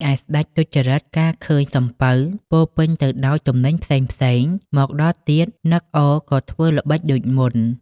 ឯស្ដេចទុច្ចរិត កាលឃើញសំពៅពោរពេញទៅដោយទំនិញផ្សេងៗ មកដល់ទៀត នឹក អរ ក៏ធ្វើល្បិចដូចមុន ។